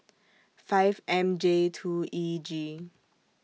five M J two E G